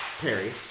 Perry